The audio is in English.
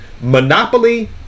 Monopoly